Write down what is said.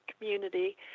community